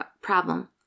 problem